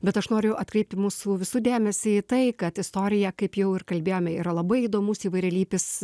bet aš noriu atkreipti mūsų visų dėmesį į tai kad istorija kaip jau ir kalbėjome yra labai įdomus įvairialypis